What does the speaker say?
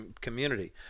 community